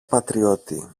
πατριώτη